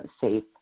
safe